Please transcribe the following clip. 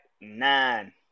nine